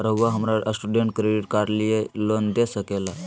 रहुआ हमरा student credit card के लिए लोन दे सके ला?